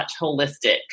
holistic